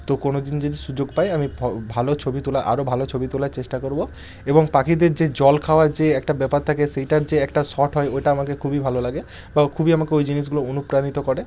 তো কোনোদিন যদি সুযোগ পাই আমি ফ ভালো ছবি তোলার আরো ভালো ছবি তোলার চেষ্টা করবো এবং পাখিদের যে জল খাওয়ার যে একটা ব্যাপার থাকে সেইটার যে একটা শট হয় ওইটা আমাকে খুবই ভালো লাগে বা খুবই আমাকে ওই জিনিসগুলো অনুপ্রাণিত করে